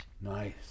Nice